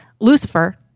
Lucifer